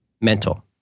Mental